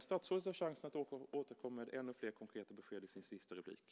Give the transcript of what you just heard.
Statsrådet har chansen att återkomma med ännu fler konkreta besked i sitt sista inlägg.